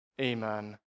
Amen